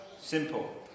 Simple